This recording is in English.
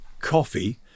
coffee